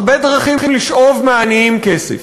הרבה דרכים לשאוב מהעניים כסף.